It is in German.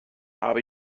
habe